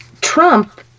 Trump